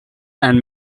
and